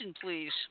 please